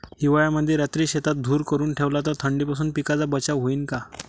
हिवाळ्यामंदी रात्री शेतात धुर करून ठेवला तर थंडीपासून पिकाचा बचाव होईन का?